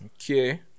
Okay